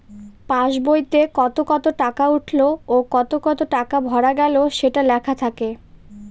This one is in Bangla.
পাস বইতে কত কত টাকা উঠলো ও কত কত টাকা ভরা গেলো সেটা লেখা থাকে